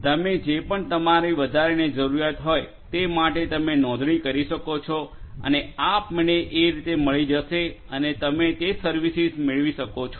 તમે જે પણ તમારી વધારાની જરૂરીયાત હોય તે માટે તમે નોંધણી કરી શકો છો અને આપમેળે એ રીતે મળી જશે અને તમે તે સર્વિસીસ મેળવી શકો છો